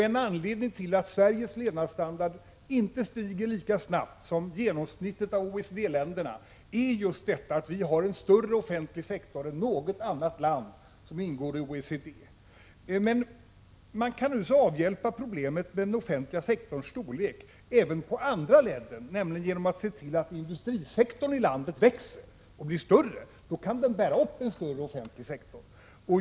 En anledning till att Sveriges levnadsstandard inte stiger lika snabbt som genomsnittet för OECD-länderna är just att vi har en större offentlig sektor än något annat land som ingår i OECD. Men man kan naturligtvis avhjälpa problemet med den offentliga sektorns storlek även på motsatt väg, nämligen genom att se till att industrisektorn i landet växer och blir större, så att den kan bära upp en större offentlig sektor.